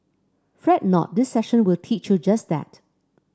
fret not this session will teach you just that